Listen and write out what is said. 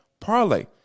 parlay